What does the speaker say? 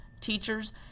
teachers